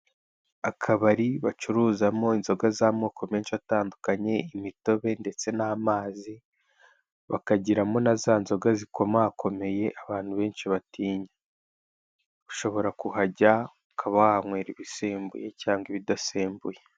Akabari gacuruzamo inzoga z'amoko menshi atandukanye, imitobe ndetse n'amazi bakanagiramo za nzoga zikomakomeye abantu benshi batinya. Ushobora kuhajya ukaba wahanywera ibisembuye n'ibidasembuye.